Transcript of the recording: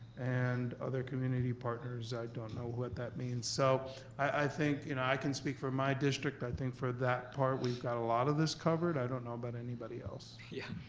and other partners, i don't know what that means. so i think you know i can speak for my district. i think for that part we've got a lot of this covered. i don't know about anybody else. yeah.